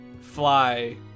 fly